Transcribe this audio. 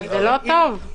זה לא טוב.